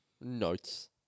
notes